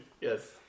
Yes